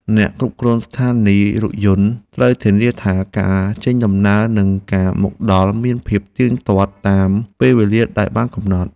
អ្នកគ្រប់គ្រងស្ថានីយរថយន្តត្រូវធានាថា ការចេញដំណើរនិងការមកដល់មានភាពទៀងទាត់តាមពេលវេលាដែលបានកំណត់។